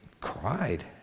cried